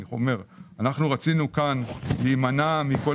אני אומר שאנחנו רצינו כאן להימנע מכל